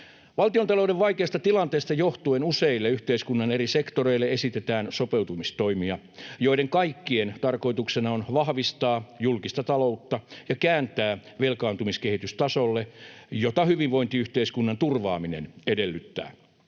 Valtiontalouden vaikeasta tilanteesta johtuen useille yhteiskunnan eri sektoreille esitetään sopeutumistoimia, joiden kaikkien tarkoituksena on vahvistaa julkista taloutta ja kääntää velkaantumiskehitys tasolle, jota hyvinvointiyhteiskunnan turvaaminen edellyttää.